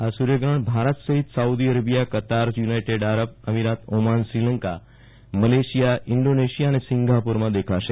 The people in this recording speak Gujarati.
આ સુર્યગ્રહણ ભારત સહીત સાઉદી અરેબિયાકતાર યુનાઈટેડ આરબ અમીરાત ઓમાનશ્રીલંકામલેશિયાઈન્ડીનેશિયા અને સિંગાપીરમાં દેખાશે